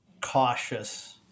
cautious